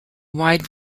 wide